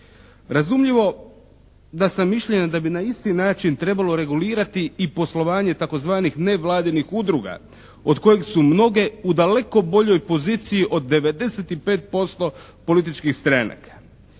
Razumljivo da sam mišljenja da bi na isti način trebalo regulirati i poslovanje tzv. nevladinih udruga od kojih su mnoge u daleko boljoj poziciji od 95% političkih stranaka.